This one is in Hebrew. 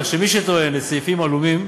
כך שמי שטוען לסעיפים עלומים